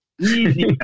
easy